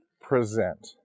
present